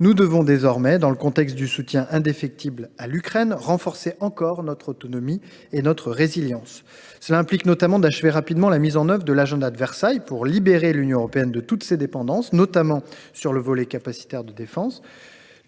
Nous devons désormais, dans le contexte du soutien indéfectible à l’Ukraine, renforcer encore notre autonomie et notre résilience. Cela implique en particulier d’achever rapidement la mise en œuvre de l’agenda de Versailles pour libérer l’Union européenne de toutes ses dépendances, notamment sur le volet capacitaire de défense.